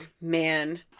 Man